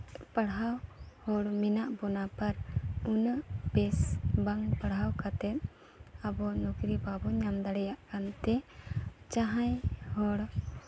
ᱯᱟᱲᱦᱟᱣ ᱦᱚᱲ ᱢᱮᱱᱣᱟᱜ ᱵᱚᱱᱟ ᱟᱵᱟᱨ ᱩᱱᱟᱹᱜ ᱯᱮᱡᱽ ᱵᱟᱝ ᱯᱟᱲᱦᱟᱣ ᱠᱟᱛᱮᱫ ᱟᱵᱚ ᱱᱩᱠᱨᱯᱤ ᱵᱟᱵᱚᱱ ᱧᱟᱢ ᱫᱟᱲᱮᱭᱟᱜ ᱠᱟᱱᱛᱮ ᱡᱟᱦᱟᱸᱭ ᱦᱚᱲ